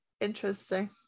Interesting